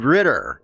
Ritter